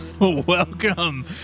Welcome